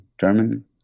German